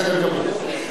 בסדר גמור.